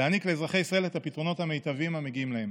להעניק לאזרחי ישראל את הפתרונות המיטביים המגיעים להם.